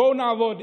בואו נעבוד.